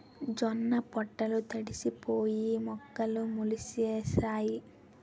జొన్న పొట్లు తడిసిపోయి మొక్కలు మొలిసేసాయి